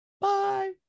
bye